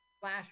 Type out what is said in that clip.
flash